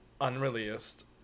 unreleased